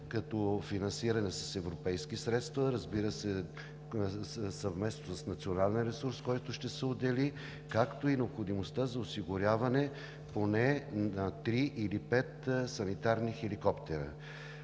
като финансиране с европейски средства, разбира се, съвместно с национален ресурс, който ще се отдели, както и необходимостта за осигуряване поне на три или пет санитарни хеликоптера.